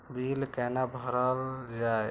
Bill कैना भरल जाय?